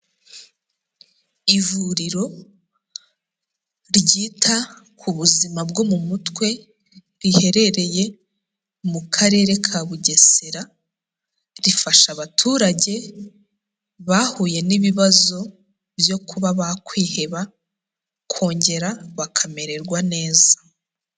Ivuriro ryita ku buzima bwo mu mutwe, riherereye mu Karere ka Bugesera, rifasha abaturage bahuye n'ibibazo byo kuba bakwiheba kongera bakamererwa neza.